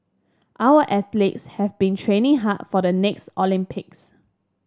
our athletes have been training hard for the next Olympics